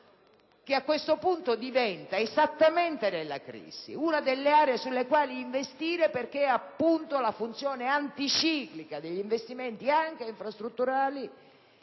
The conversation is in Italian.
che a questo punto diventa, proprio nella crisi, una delle aree sulle quali investire perché appunto la funzione anticiclica degli investimenti, anche infrastrutturali,